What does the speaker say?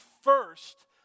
first